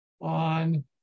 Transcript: on